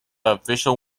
official